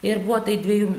ir buvo tai dviejų